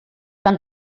van